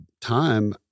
time